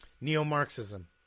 neo-marxism